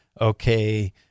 okay